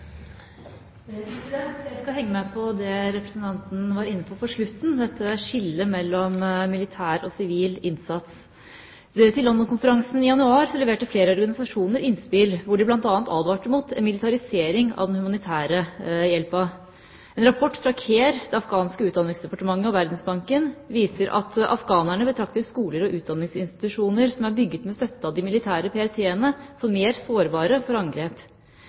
Jeg skal henge meg på det representanten var inne på på slutten – dette skillet mellom militær og sivil innsats. På London-konferansen i januar leverte flere organisasjoner innspill, hvor de bl.a. advarte mot en militarisering av den humanitære hjelpen. En rapport fra Care, det afghanske utdanningsdepartementet og Verdensbanken viser at afghanerne betrakter skoler og utdanningsinstitusjoner som er bygd med støtte av de militære PRT-ene, som mer sårbare